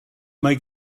mae